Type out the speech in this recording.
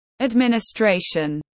administration